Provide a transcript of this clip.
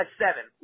seven